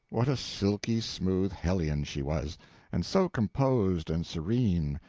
what a silky smooth hellion she was and so composed and serene,